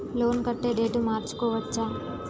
Loan కట్టే date మార్చుకోవచ్చా?